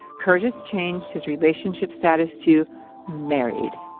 curtis changed his relationship status to married.